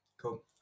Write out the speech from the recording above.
Cool